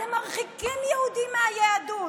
אתם מרחיקים יהודים מהיהדות,